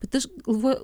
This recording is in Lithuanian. bet aš galvoju